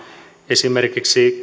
esimerkiksi